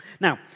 Now